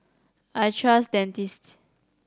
I trust Dentiste